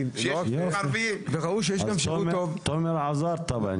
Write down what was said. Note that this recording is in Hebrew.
אז תומר, עזרת בעניין הזה.